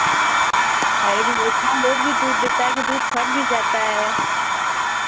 अरे भैया इतना लेट भी दूध देता है कि दूध फट भी जाता है